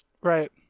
Right